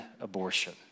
abortion